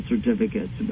certificates